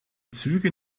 züge